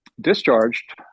discharged